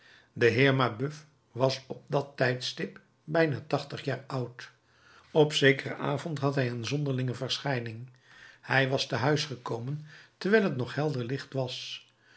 de heer mabeuf was op dat tijdstip bijna tachtig jaar oud op zekeren avond had hij een zonderlinge verschijning hij was te huis gekomen terwijl het nog helder licht was